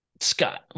Scott